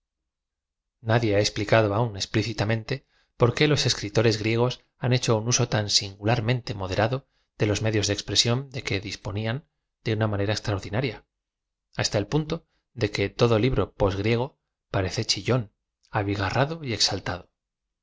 nadie ha explicado aún explícitam ente por qué los escritores griegos han hecho un uso tan singularmen te moderado de los medios de expresión de que dispo oían de una manera extraordinaria hasta el punto de que todo libro post griego parece chillón abigarrado y exaltado